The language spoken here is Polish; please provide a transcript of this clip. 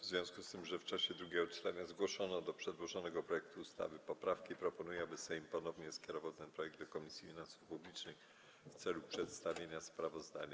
W związku z tym, że w czasie drugiego czytania zgłoszono do przedłożonego projektu ustawy poprawki, proponuję, aby Sejm ponownie skierował ten projekt do Komisji Finansów Publicznych w celu przedstawienia sprawozdania.